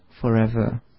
forever